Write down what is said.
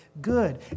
good